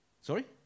Sorry